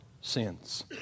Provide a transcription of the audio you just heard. sins